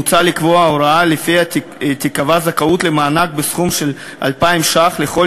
מוצע לקבוע הוראה שלפיה תיקבע זכאות למענק בסך 2,000 שקלים לכל